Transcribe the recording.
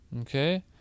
okay